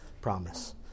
promise